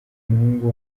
umuhungu